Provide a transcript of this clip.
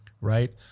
right